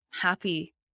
happy